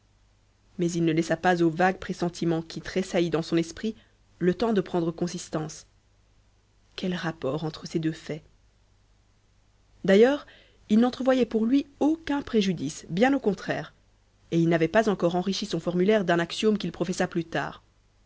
mais il ne laissa pas au vague pressentiment qui tressaillit dans son esprit le temps de prendre consistance quel rapport entre ces deux faits d'ailleurs il n'entrevoyait pour lui aucun préjudice bien au contraire et il n'avait pas encore enrichi son formulaire d'un axiome qu'il professa plus tard